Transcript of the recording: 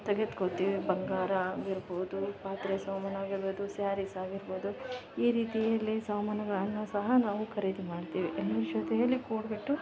ತೆಗೆದ್ಕೊಳ್ತೀವಿ ಬಂಗಾರ ಆಗಿರಬೋದು ಪಾತ್ರೆ ಸಾಮಾನು ಆಗಿರಬೋದು ಸ್ಯಾರೀಸ್ ಆಗಿರಬೋದು ಈ ರೀತಿಯಲ್ಲಿ ಸಾಮಾನುಗಳನ್ನು ಸಹ ನಾವು ಖರೀದಿ ಮಾಡ್ತೀವಿ ಜೊತೆಯಲ್ಲಿ ಕೂಡಿಬಿಟ್ಟು